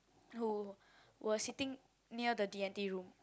who were sitting near the D-and-T room